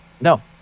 No